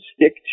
stick